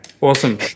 awesome